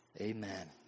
Amen